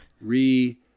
re